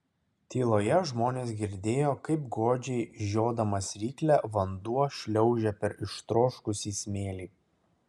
tyloje žmonės girdėjo kaip godžiai žiodamas ryklę vanduo šliaužia per ištroškusį smėlį